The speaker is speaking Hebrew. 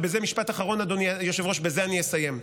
וזה משפט אחרון, אדוני היושב-ראש, ובזה אסיים.